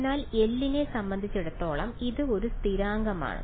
അതിനാൽ L നെ സംബന്ധിച്ചിടത്തോളം ഇത് ഒരു സ്ഥിരാങ്കമാണ്